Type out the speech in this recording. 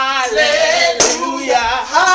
Hallelujah